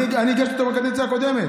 אני הגשתי אותו בקדנציה הקודמת.